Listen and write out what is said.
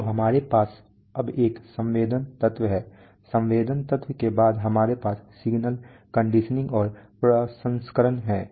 तो हमारे पास अब एक संवेदन तत्व है संवेदन तत्व के बाद हमारे पास सिग्नल कंडीशनिंग और प्रसंस्करण है